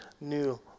new